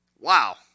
Wow